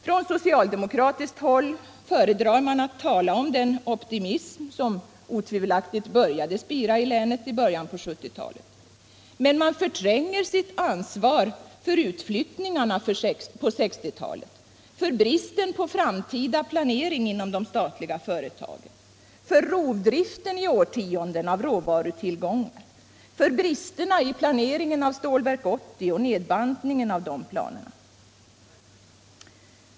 Från socialdemokratiskt håll föredrar man att tala om den optimism som otvivelaktigt började spira i länet i början på 1970-talet, men man förtränger sitt ansvar för utflyttningarna under 1960 talet, för bristen på framtida planering inom de statliga företagen, för rovdriften i årtionden av råvarutillgångar, för bristerna i planeringen av Stålverk 80 och nedbantningen av dessa planer.